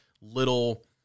little